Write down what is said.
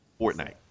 Fortnite